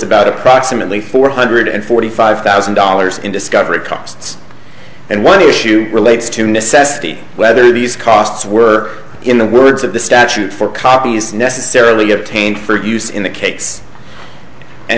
about approximately four hundred forty five thousand dollars in discovery costs and one issue relates to necessity whether these costs were in the words of the statute for copies necessarily obtained for use in the case and